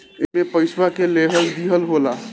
एईमे पइसवो के लेहल दीहल होला